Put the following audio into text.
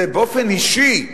באופן אישי,